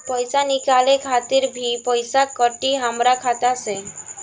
पईसा निकाले खातिर भी पईसा कटी हमरा खाता से?